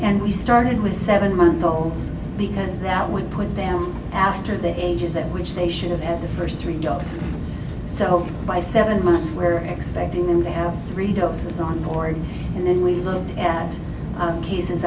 and we started with seven month olds because that would put them after the ages at which they should have had the first three doses so by seven months we're expecting them to have three doses on board and then we looked at other cases